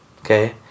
okay